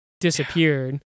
disappeared